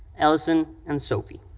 ellison and sophie.